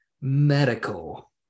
medical